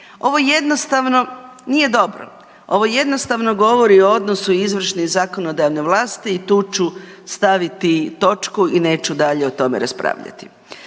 Ovo jednostavno nije dobro. Ovo jednostavno govori o odnosu izvršne i zakonodavne vlasti i tu ću staviti točku i neću dalje o tome raspravljati.